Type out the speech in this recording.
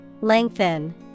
Lengthen